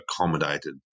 accommodated